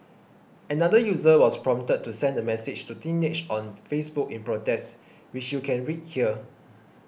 another user was prompted to send a message to Teenage on Facebook in protest which you can read here